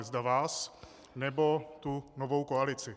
Zda vás, nebo tu novou koalici.